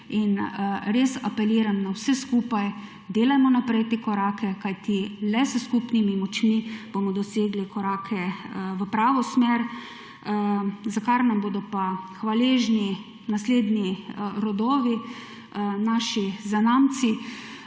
res apeliram na vse skupaj delajmo naprej te korake, kajti le s skupnimi močmi bomo doseli korake v pravo smer, za kar nam bodo pa hvaležni naslednji rodovi, naši zanamci,